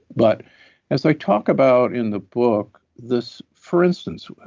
but as i talk about in the book, this for instance,